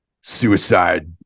suicide